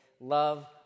love